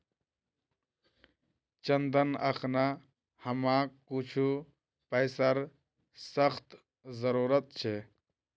चंदन अखना हमाक कुछू पैसार सख्त जरूरत छ